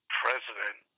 president